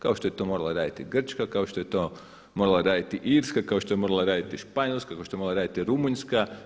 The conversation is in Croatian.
Kao što je to morala raditi Grčka, kao što je to morala raditi Irska, kao što je morala raditi Španjolska, kao što je morala raditi Rumunjska.